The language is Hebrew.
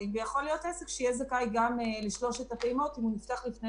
ונמשיך עם סבב